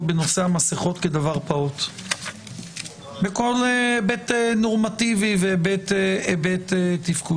בנושא המסכות כדבר פעוט בכל היבט נורמטיבי והיבט תפקודי.